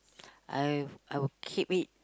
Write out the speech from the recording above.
I I would keep it